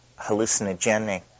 hallucinogenic